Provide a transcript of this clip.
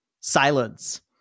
Silence